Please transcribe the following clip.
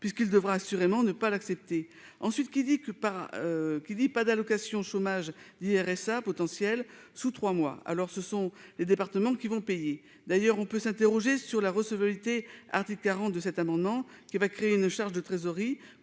puisqu'il devra assurément ne pas l'accepter ensuite qui dit que, par qui dit pas d'allocations chômage RSA potentiel sous 3 mois, alors ce sont des départements qui vont payer, d'ailleurs, on peut s'interroger sur la recevabilité, article 40 de cet amendement, qui va créer une charge de trésorerie